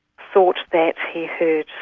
thought that he heard